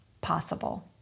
possible